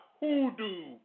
hoodoo